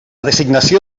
designació